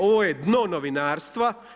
Ovo je dno novinarstva.